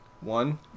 one